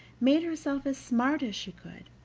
made herself as smart as she could,